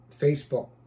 Facebook